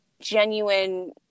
genuine